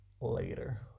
later